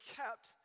kept